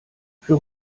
für